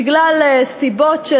בגלל סיבות,